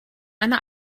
einer